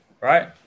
Right